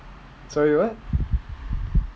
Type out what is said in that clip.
sorry what